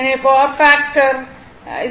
எனவே power factor cosine 10